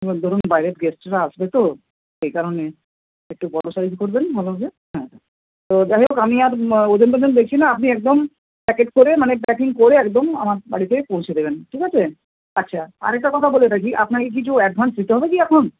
এবার ধরুন বাইরের গেস্টরা আসবে তো সেই কারণে একটু বড়ো সাইজ করবেন ভালো হবে হ্যাঁ হ্যাঁ তো যাই হোক আমি আর ওজন টোজন দেখছি না আপনি একদম প্যাকেট করে মানে প্যাকিং করে একদম আমার বাড়িতে পৌঁছে দেবেন ঠিক আছে আচ্ছা আর একটা কথা বলে রাখি আপনাকে কিছু অ্যাডভান্স দিতে হবে কি এখন